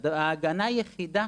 ההגנה היחידה